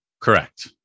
Correct